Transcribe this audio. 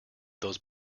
those